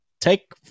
take